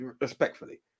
Respectfully